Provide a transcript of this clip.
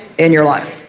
in your life.